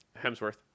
Hemsworth